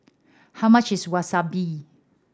how much is Wasabi